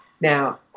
now